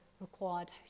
required